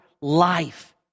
life